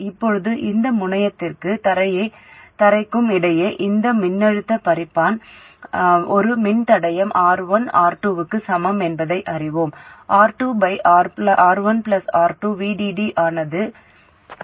இப்போது இந்த முனையத்திற்கும் தரைக்கும் இடையே இந்த மின்னழுத்த பிரிப்பான் ஒரு மின்தடையம் R1 || R2 க்கு சமம் என்பதை அறிவோம் R2R1 R2 VDD ஆனது தேவனின் மூலத்துடன் தொடரில் R2